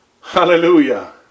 Hallelujah